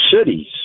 cities